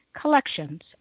Collections